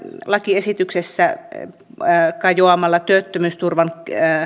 lakiesityksessä työttömyysturvan